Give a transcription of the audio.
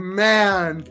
man